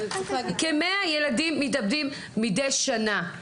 כ-100 ילדים מתאבדים מידי שנה.